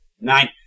nine